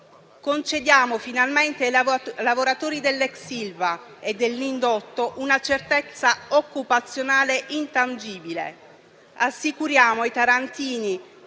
Concediamo finalmente ai lavoratori dell'ex Ilva e dell'indotto una certezza occupazionale intangibile. Assicuriamo ai tarantini